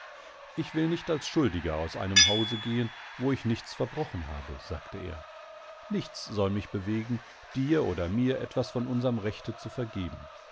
ich will nicht als schuldiger aus einem hause gehen wo ich nichts verbrochen habe sagte er nichts soll mich bewegen dir oder mir etwas von unserm rechte zu vergeben